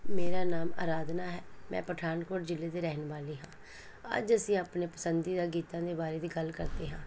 ਮੇਰਾ ਨਾਮ ਅਰਾਧਨਾ ਹੈ ਮੈਂ ਪਠਾਨਕੋਟ ਜ਼ਿਲ੍ਹੇ ਦੀ ਰਹਿਣ ਵਾਲੀ ਹਾਂ ਅੱਜ ਅਸੀਂ ਆਪਣੇ ਪਸੰਦੀਦਾ ਗੀਤਾਂ ਦੇ ਬਾਰੇ ਦੀ ਗੱਲ ਕਰਦੇ ਹਾਂ